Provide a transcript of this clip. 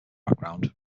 background